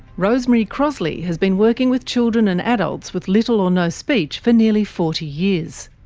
rosemary crossley has been working with children and adults with little or no speech for nearly forty years.